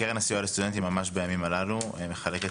קרן הסיוע לסטודנטים ממש בימים הללו מחלקת